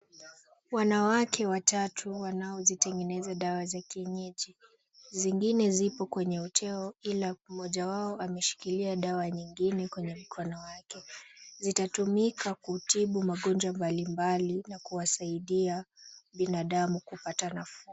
Wanawake watatu wanaozitengeneza dawa za kienyeji. Zingine ziko kwenye uteo, ila mmoja wao ameshikilia dawa nyingine kwenye mkono wake. Zitatumika kutibu magonjwa mbalimbali na kuwasaidia binadamu kupata nafuu.